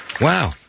wow